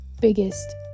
biggest